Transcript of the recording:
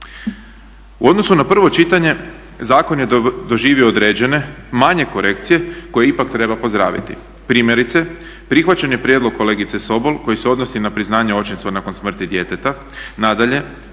U odnosu na prvo čitanje zakon je doživio određene manje korekcije koje ipak treba pozdraviti. Primjerice, prihvaćen je prijedlog kolegice Sobol koji se odnosi na priznanje očinstva nakon smrti djeteta, nadalje